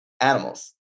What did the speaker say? animals